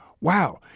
Wow